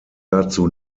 dazu